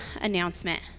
announcement